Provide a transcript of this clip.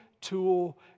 tool